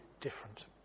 different